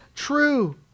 true